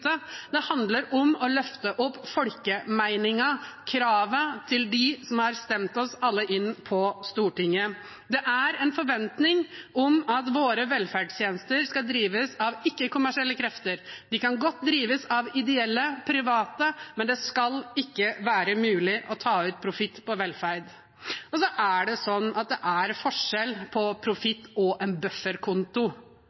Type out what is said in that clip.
Det handler om å løfte opp folkemeningen – kravet fra dem som har stemt oss alle inn på Stortinget. Det er en forventning om at våre velferdstjenester skal drives av ikke-kommersielle krefter. De kan godt drives av ideelle private, men det skal ikke være mulig å ta ut profitt på velferd. Så er det forskjell på profitt og en bufferkonto. Jeg har selv lært at